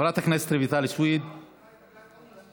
חברת הכנסת רויטל סויד, איננה,